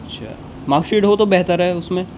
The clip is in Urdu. اچھا مارک شیٹ ہو تو بہتر ہے اس میں